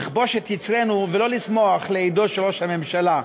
לכבוש את יצרנו ולא לשמוח לאידו של ראש הממשלה,